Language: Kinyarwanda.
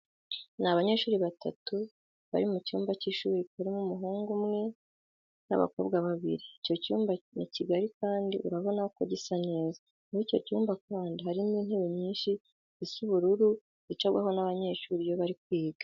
Ni abanyeshuri batatu bari mu cyumba cy'ishuri karimo umuhungu umwe n'abakobwa babiri, icyo cyumba ni kigari kandi urabona ko gisa neza. Muri icyo cyumba kandi harimo intebe nyinshi zisa ubururu zicarwaho n'abanyeshuri iyo bari kwiga.